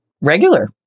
regular